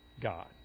God